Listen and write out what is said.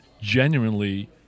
genuinely